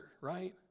Right